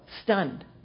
stunned